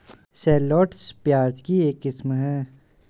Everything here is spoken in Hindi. शैललॉटस, प्याज की एक किस्म है